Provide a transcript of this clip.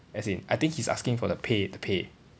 as in I think he's asking for the pay the pay